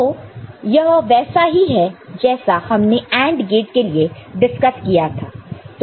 तो यह वैसा ही है जैसा हमने AND गेट के लिए डिस्कस किया था